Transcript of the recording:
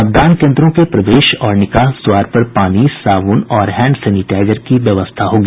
मतदान केंद्रों के प्रवेश और निकास द्वार पर पानी साबुन और हैंड सेनिटाईजर की व्यवस्था होगी